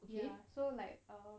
ya so like